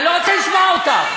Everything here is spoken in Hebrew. אני לא רוצה לשמוע אותך.